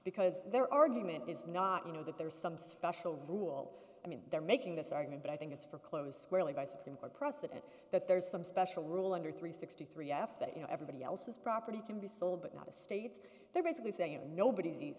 because their argument is not you know that there is some special rule i mean they're making this argument but i think it's for close squarely by supreme court precedent that there's some special rule under three sixty three after that you know everybody else's property can be sold but not the states they're basically saying